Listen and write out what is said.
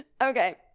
Okay